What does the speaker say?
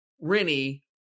Rennie